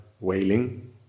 wailing